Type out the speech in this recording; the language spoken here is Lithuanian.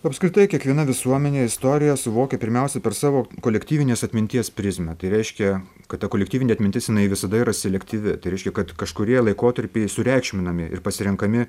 apskritai kiekviena visuomenė istoriją suvokia pirmiausia per savo kolektyvinės atminties prizmę tai reiškia kad ta kolektyvinė atmintis jinai visada yra selektyvi tai reiškia kad kažkurie laikotarpiai sureikšminami ir pasirenkami